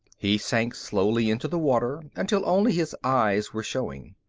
he sank slowly into the water until only his eyes were showing.